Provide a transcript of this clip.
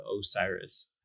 Osiris